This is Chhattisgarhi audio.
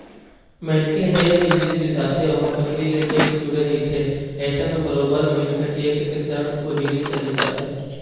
मनखे ह जेन भी जिनिस बिसाथे ओमा पहिली ले टेक्स जुड़े रहिथे अइसन म बरोबर मनखे टेक्स के संग ओ जिनिस ल बिसाथे